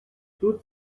тут